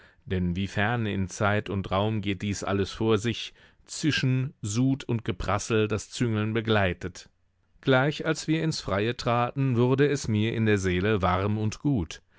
denn wie ferne in zeit und raum geht dies alles vor sich zischen sud und geprassel das züngeln begleitet gleich als wir ins freie traten wurde es mir in der seele warm und gut